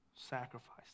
sacrifice